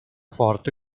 forte